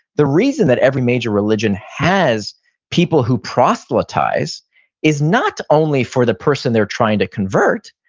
the reason that every major religion has people who prosthelytize is not only for the person they're trying to convert,